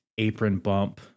apronbump